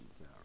now